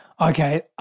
Okay